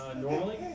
Normally